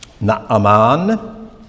Naaman